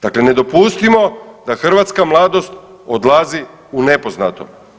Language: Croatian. Dakle, ne dopustimo da hrvatska mladost odlazi u nepoznato.